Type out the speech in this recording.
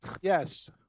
Yes